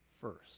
first